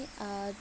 uh